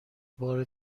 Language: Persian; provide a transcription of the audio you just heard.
بار